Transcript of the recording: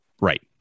right